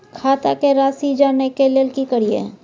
खाता के राशि जानय के लेल की करिए?